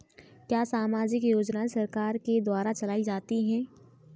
क्या सामाजिक योजनाएँ सरकार के द्वारा चलाई जाती हैं?